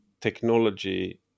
technology